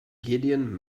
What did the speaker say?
gideon